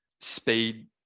speed